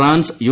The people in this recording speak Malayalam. France U